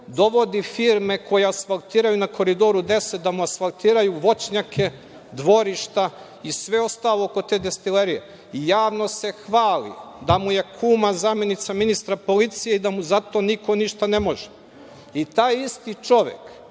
dovodi firme koje asfaltiraju na Koridoru 10, da mu asfaltiraju foćnjake, dvorišta i sve ostalo oko te destilerije i javno se hvali da mu je kuma zamenica ministra policije i da mu zato niko ništa ne može? Taj isti čovek